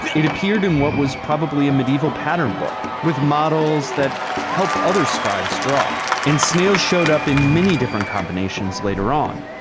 it appeared in what was probably a medieval pattern book, with models that helped other scribes draw. and snails showed up in many different combinations later on.